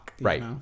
Right